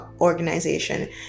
organization